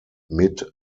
mit